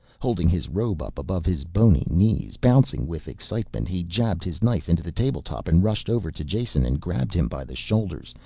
holding his robe up above his bony knees. bouncing with excitement he jabbed his knife into the table top and rushed over to jason and grabbed him by the shoulders,